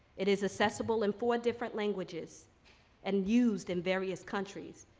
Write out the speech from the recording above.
it is accessible in four different languages and used in various countries.